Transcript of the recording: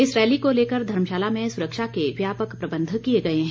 इस रैली को लेकर धर्मशाला में सुरक्षा के व्यापक प्रबंध किए गए हैं